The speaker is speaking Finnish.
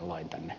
kiitos